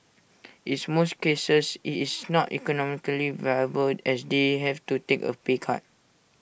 is most cases IT is not economically viable as they have to take A pay cut